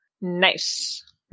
Nice